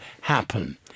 happen